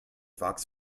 fox